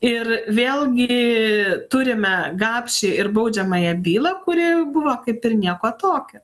ir vėlgi turime gapšį ir baudžiamąją bylą kuri buvo kaip ir nieko tokio